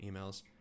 emails